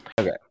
Okay